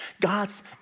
God's